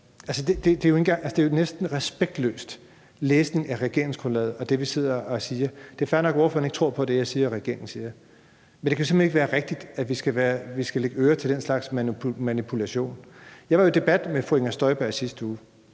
Det er jo næsten en respektløs læsning af regeringsgrundlaget og det, vi sidder og siger. Det er fair nok, at ordføreren ikke tror på det, jeg siger, og regeringen siger, men det kan simpelt hen ikke være rigtigt, at vi skal lægge ører til den slags manipulation. Jeg var jo i Debatten med fru Inger Støjberg i sidste uge.